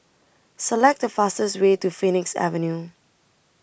Select The fastest Way to Phoenix Avenue